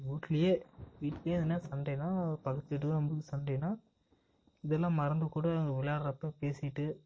வீட்லியே வீட்லியே எதனா சண்டைன்னா பக்கத்து வீட்டுக்கும் நம்புளுக்கும் சண்டைன்னா இதெல்லாம் மறந்து கூட அங்கே விளாட்றப்போ பேசிகிட்டு